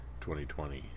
2020